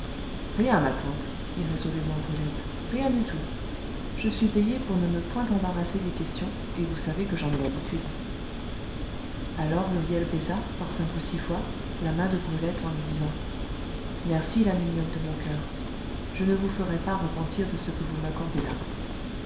rien ma tante dit résolument brulette rien du tout je suis payée pour ne me point embarrasser des questions et vous savez que j'en ai l'habitude alors huriel baisa par cinq ou six fois la main de brulette en lui disant merci la mignonne de mon coeur je ne vous ferai pas repentir de ce que vous m'accordez là